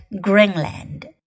Greenland